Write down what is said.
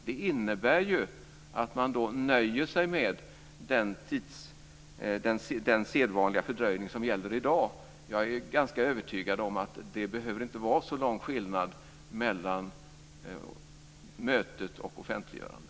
Det innebär ju att man nöjer sig med den sedvanliga fördröjning som gäller i dag. Jag är ganska övertygad om att det inte behöver vara så lång tid mellan mötet och offentliggörandet.